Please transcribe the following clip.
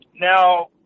Now